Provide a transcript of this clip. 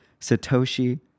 Satoshi